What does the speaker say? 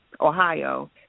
Ohio